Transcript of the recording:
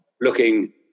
looking